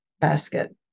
basket